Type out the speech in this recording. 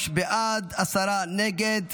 בעד, עשרה נגד.